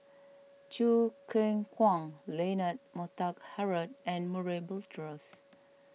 Choo Keng Kwang Leonard Montague Harrod and Murray Buttrose